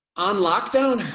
on lockdown,